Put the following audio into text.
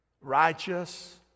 righteous